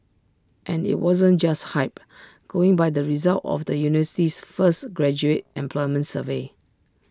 and IT wasn't just hype going by the results of the university's first graduate employment survey